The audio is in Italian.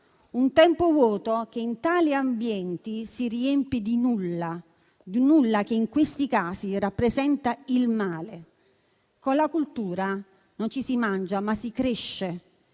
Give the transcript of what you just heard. un tempo vuoto che in tali ambienti si riempie di nulla, di un nulla che in questi casi rappresenta il male. Con la cultura non ci si mangia, ma si cresce.